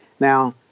Now